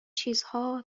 چیزها